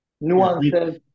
nuances